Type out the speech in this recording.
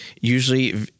usually